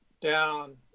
down